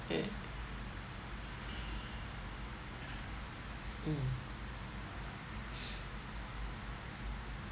eh mm